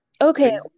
Okay